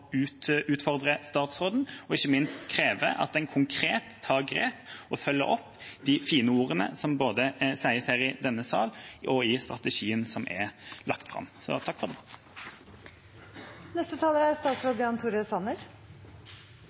utfordre statsråden, og ikke minst kreve at man tar konkrete grep og følger opp de fine ordene som sies både i denne salen og i strategien som er lagt fram. La meg til slutt takke for en god debatt. Jeg tror vi kan fastslå at det ikke er